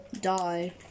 die